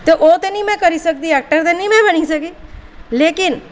ते ओह् निं में करी सकी एक्टर ते निं बनी सकी लेकिन